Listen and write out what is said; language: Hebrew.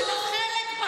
יש לך חלק בקרע בעם,